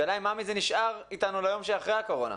השאלה היא מה מזה נשאר איתנו ליום שאחרי הקורונה